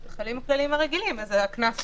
חלים הכללים הרגילים, אז הקנס תופח.